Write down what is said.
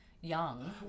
young